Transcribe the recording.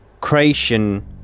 creation